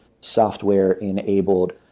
software-enabled